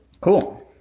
Cool